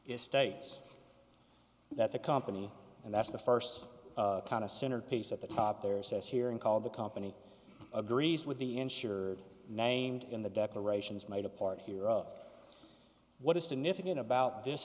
is states that the company and that's the first kind of center piece at the top there says here and call the company agrees with the insured named in the declarations made apart here of what is significant about this